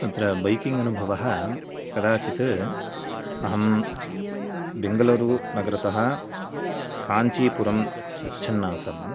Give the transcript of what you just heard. अत्र बैकिङ्ग् अनुभवः कदाचित् अहं बेङ्गलूरुनगरतः काञ्चिपुरं गच्छन् आसम्